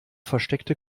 versteckte